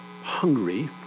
hungry